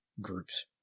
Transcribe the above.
groups